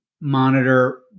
monitor